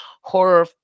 horror